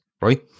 Right